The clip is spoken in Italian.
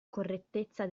correttezza